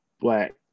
black